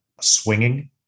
swinging